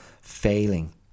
failing